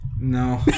no